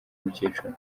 mukecuru